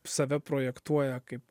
save projektuoja kaip